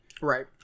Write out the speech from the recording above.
Right